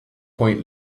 point